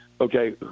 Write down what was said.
okay